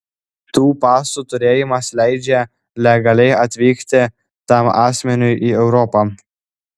tų pasų turėjimas leidžia legaliai atvykti tam asmeniui į europą